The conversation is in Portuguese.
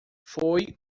foi